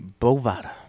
Bovada